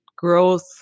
growth